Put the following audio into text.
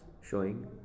showing